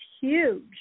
huge